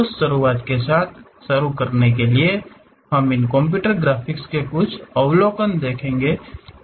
उस शुरुआत के साथ शुरू करने के लिए हम इन कंप्यूटर ग्राफिक्स के कुछ अवलोकन देखेंगे